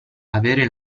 avere